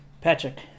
Patrick